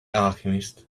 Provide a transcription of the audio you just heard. alchemist